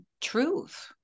truth